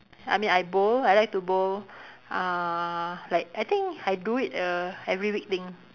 I mean I bowl I like to bowl uh like I think I do it err every week thing